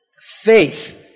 faith